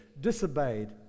disobeyed